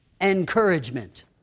encouragement